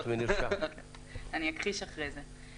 אני אכחיש אחרי זה.